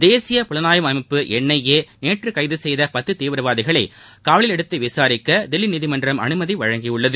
தேசிய புலனாய்வு அமைப்பு என்ஐஏ நேற்று கைது செய்த பத்து தீவிரவாதிகளை காவலில் எடுத்து விசாரிக்க தில்லி நீதிமன்றம் அனுமதி அளித்துள்ளது